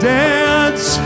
dance